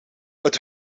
het